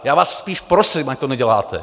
Já vás spíš prosím, ať to neděláte.